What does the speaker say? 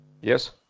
Yes